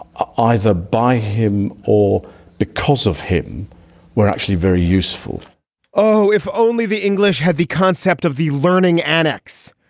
ah either by him or because of him were actually very useful oh, if only the english had the concept of the learning annex,